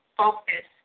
focus